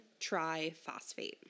triphosphate